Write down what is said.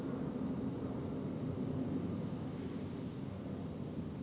first first first few time when 跳了真的 hor 是看 heng suay 的